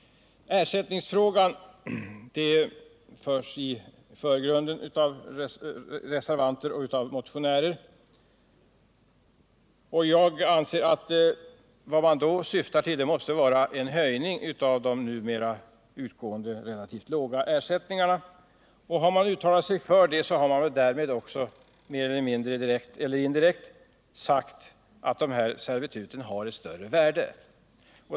Ersättningsfrågan sätts i förgrunden av reservanter och motionärer. Vad man då syfter till måste vara en höjning av de numera utgående, relativt låga ersättningarna. Har man uttalat sig för det, har man väl också direkt eller indirekt sagt att dessa servitut har ett större värde.